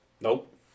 Nope